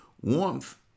warmth